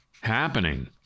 happening